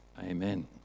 Amen